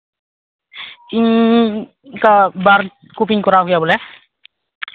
ᱤᱧ ᱚᱱᱠᱟ ᱵᱟᱨ ᱠᱚᱯᱤᱧ ᱠᱚᱨᱟᱣ ᱞᱮᱭᱟ ᱵᱚᱞᱮ